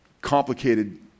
complicated